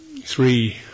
three